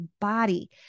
body